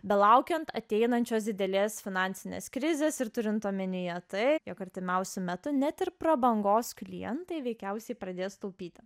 belaukiant ateinančios didelės finansinės krizės ir turint omenyje tai jog artimiausiu metu net ir prabangos klientai veikiausiai pradės taupyti